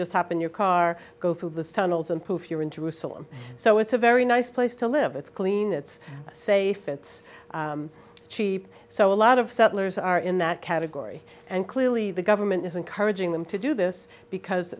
just happen your car go through the tunnels and poof you're into a solemn so it's a very nice place to live it's clean it's safe it's cheap so a lot of settlers are in that category and clearly the government is encouraging them to do this because